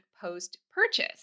post-purchase